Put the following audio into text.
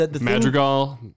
Madrigal